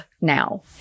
now